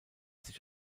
sich